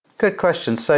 good question. so